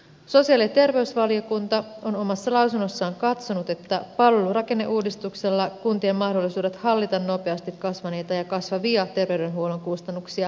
sosiaali ja terveysvaliokunta on omassa lausunnossaan katsonut että palvelurakenneuudistuksella kuntien mahdollisuudet hallita nopeasti kasvaneita ja kasvavia terveydenhuollon kustannuksia paranevat